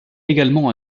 également